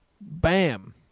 Bam